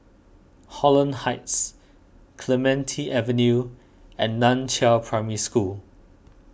Holland Heights Clementi Avenue and Nan Chiau Primary School